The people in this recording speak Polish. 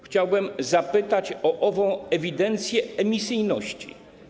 Chciałbym zapytać o ową ewidencję emisyjności.